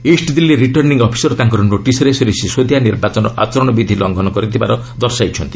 ଇଷ୍ଟ Delhi returning officer ତାଙ୍କର ନୋଟିସ୍ରେ ଶ୍ରୀ ସିସୋଦିଆ ନିର୍ବାଚନ ଆଚରଣବିଧି ଲଙ୍ଘନ କରିଥିବାର ଦର୍ଶାଇଛନ୍ତି